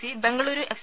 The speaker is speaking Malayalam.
C Bengaluru F